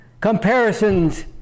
comparisons